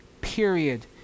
period